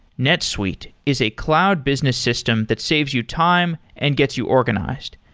netsuite is a cloud business system that saves you time and gets you organized.